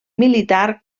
militar